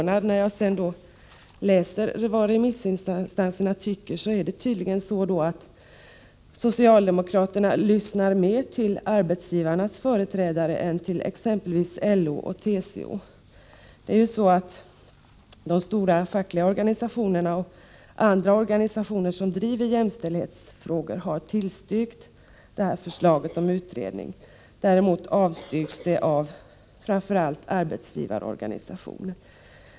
När jag sedan läste vad remissinstanserna tyckt blev jag mycket förvånad över att socialdemokraterna då tydligen lyssnar mer till arbetsgivarnas företrädare än till exempelvis LO och TCO. De stora fackliga och andra organisationer som driver jämställdhetsfrågor har tillstyrkt förslaget om utredning. Däremot avstyrks det av framför allt arbetsgivarorganisationer.